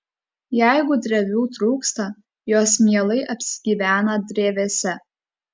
jeigu drevių trūksta jos mielai apsigyvena drevėse